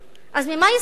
אז ממה ישראל לא פוחדת?